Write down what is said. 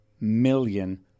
million